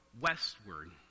westward